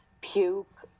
puke